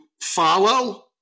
follow